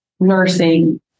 nursing